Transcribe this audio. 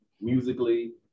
musically